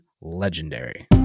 legendary